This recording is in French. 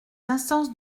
instances